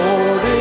Lord